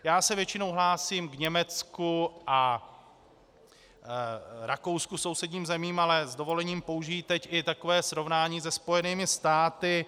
Já se většinou hlásím k Německu a Rakousku, sousedním zemím, ale s dovolením použiji teď i takové srovnání se Spojenými státy.